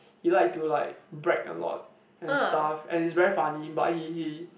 he like to like brag a lot and stuff and he's very funny but he he